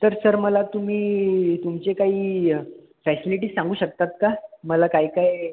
तर सर मला तुम्ही तुमचे काही फॅसिलिटीज सांगू शकतात का मला काय काय